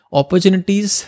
opportunities